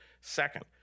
Second